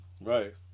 right